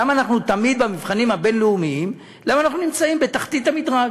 למה תמיד במבחנים הבין-לאומיים אנחנו נמצאים בתחתית המדרג?